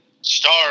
Star